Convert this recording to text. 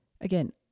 again